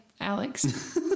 Alex